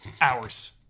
hours